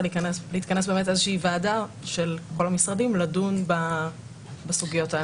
להתכנס איזושהי ועדה של כל המשרדים כדי לדון בסוגיות האלה,